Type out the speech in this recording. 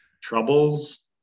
troubles